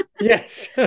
Yes